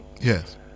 Yes